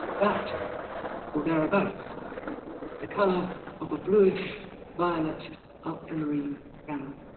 that or thereabouts is the color of a bluish violet ultramarine gown